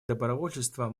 добровольчество